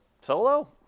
solo